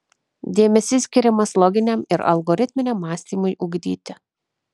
dėmesys skiriamas loginiam ir algoritminiam mąstymui ugdyti